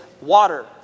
water